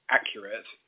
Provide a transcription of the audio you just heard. accurate